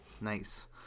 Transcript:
Nice